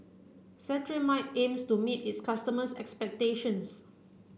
Cetrimide aims to meet its customers' expectations